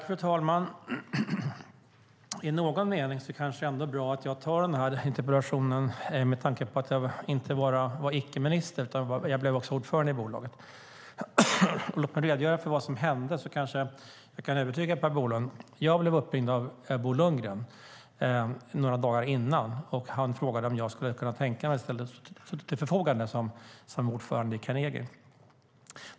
Fru talman! I någon mening är det kanske ändå bra att jag besvarar interpellationen, med tanke på att jag inte bara var icke-minister utan också blev ordförande i bolaget. Låt mig redogöra för vad som hände, så kanske jag kan övertyga Per Bolund. Jag blev uppringd av Bo Lundgren några dagar innan. Han frågade om jag skulle kunna stå till förfogande som ordförande i Carnegie.